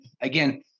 again